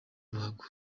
ruhago